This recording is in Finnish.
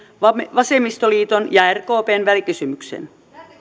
vasemmistoliiton ja ja rkpn välikysymyksen